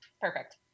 perfect